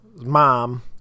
Mom